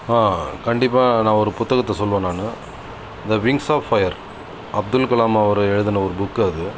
கண்டிப்பாக நான் ஒரு புத்தகத்தை சொல்வேன் நான் the wings of fire Abdul Kalam அவர் எழுதின ஒரு புக் அது